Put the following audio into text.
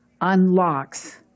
unlocks